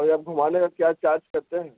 اور آپ گھمانے کا کیا چارج کرتے ہیں